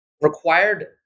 Required